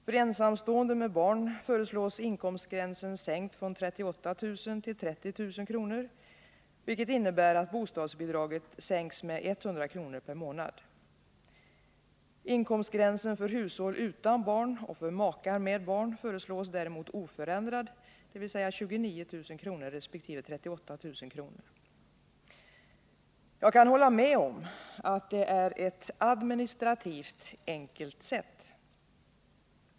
För ensamstående med barn föreslås inkomstgränsen sänkt från 38 000 till Jag kan hålla med om att det är ett administrativt enkelt sätt.